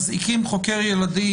מזעיקים חוקר ילדים,